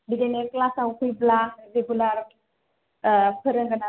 बिदिनो क्लासाव फैब्ला रेगुलार फोरोंगोन आरो